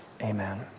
Amen